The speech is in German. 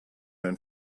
ein